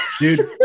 Dude